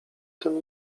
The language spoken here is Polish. tym